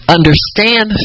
understand